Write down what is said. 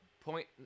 point